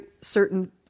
certain